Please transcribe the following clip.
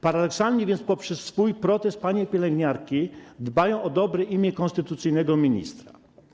Paradoksalnie więc poprzez swój protest panie pielęgniarki dbają o dobre imię konstytucyjnego ministra.